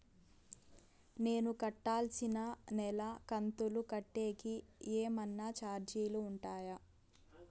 నేను కట్టాల్సిన నెల కంతులు కట్టేకి ఏమన్నా చార్జీలు ఉంటాయా?